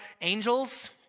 angels